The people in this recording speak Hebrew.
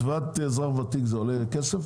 גם מעלות תקציבית וגם מאובדן הכנסות,